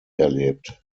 erlebt